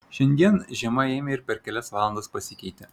šiandien žiema ėmė ir per kelias valandas pasikeitė